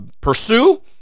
pursue